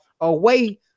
away